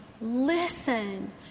listen